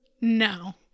no